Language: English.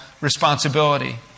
responsibility